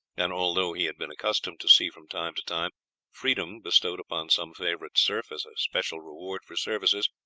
and although he had been accustomed to see from time to time freedom bestowed upon some favourite serf as a special reward for services,